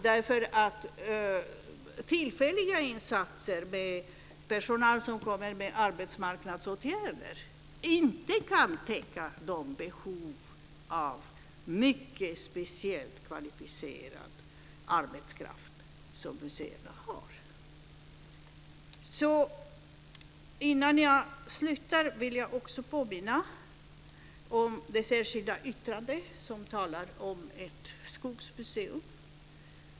Genom tillfälliga insatser, med personal som kommer till följd av arbetsmarknadsåtgärder, kan man inte täcka de behov av mycket speciell kvalificerad arbetskraft som museerna har. Innan jag slutar vill jag också påminna om det särskilda yttrandet om ett skogsmuseum.